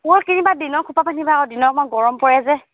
ফুল কিনিবা দিনত খোপা বান্ধিবা আকৌ দিনত অকণমান গৰম পৰে যে